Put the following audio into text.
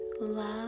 Love